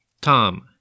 Tom